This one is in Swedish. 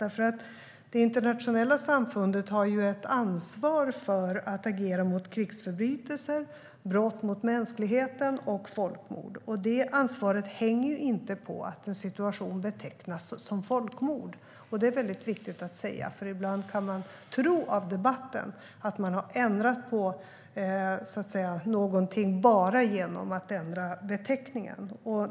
Det internationella samfundet har ju ett ansvar för att agera mot krigsförbrytelser, brott mot mänskligheten och folkmord, och det ansvaret hänger inte på att en situation betecknas som folkmord. Det är väldigt viktigt att säga, för ibland kan man tro av debatten att man har ändrat på någonting bara genom att ändra beteckningen.